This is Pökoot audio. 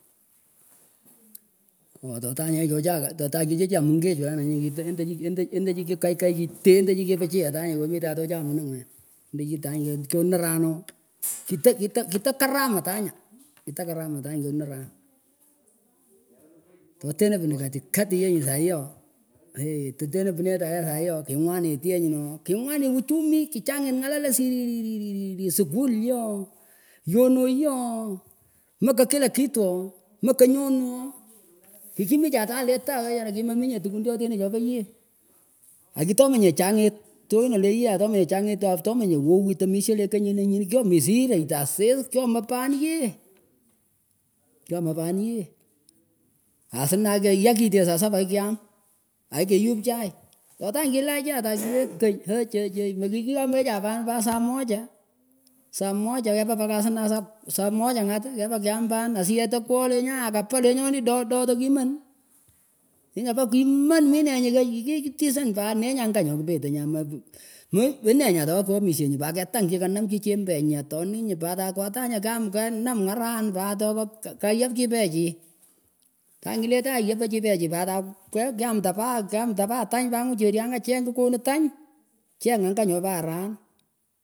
Ooh tohtanyeh kyochah tochakichicha mingech wenah nyih kitah end anchich endah endah kikai kayh kiteh endachih kipichiy atanyah kyomitan kyochah mining wenah endachih tany kyo narah ooh kitah kitah karam atanguh kitakaram atanyah kyonaram totenah punuh katikatienyuh sahiiyeoh eeh thtenah pinetaneh sahii eoh kihngwanit yenyuh noh kihngwanit uchumi kichangit ngalah lah siririririrh skul yoh yonah yuh ooh mekahkila kitu ooh mekahnyonoh kimichah tnyah leh tagh wechara kimeminyeh tkwun chotenah chopanye akitomenye changit tyonahleh yeh atoh tomenyeh changit atohmenyeh wowit omishah leh kanyinih kyomishish rektan asis kyomoh pan yeh kyomo pan- yeh asnah keyech kiteh saa saba kyam akikeyup chai totanah kila achah tahkileh keny oyuh ouch ouch ouch mekiyomeh chah pan pat saa moja saa moja kepah pakah ashah saa moja ngat kepah kyam pan asiyech tekwogh lenyaeh akapah lenyonih doh doh takwimam tinih kapa kwimam minenyih kikitisan pat nenyahngah nyoh kpetech nyah man man knenyah toh kyomishah nyuh pat ketang chi kanam chi chembenyi atoninyuh pat akwatanyah kyam k kenam aran pat toh kayap chin peaechih tangkiletagh yepechi peaechi pat akei kyamtah pah kyamtah pagha tany pat kunguh weryangah cheng kikonuh tany cheng angah nyupah aran.